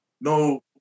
No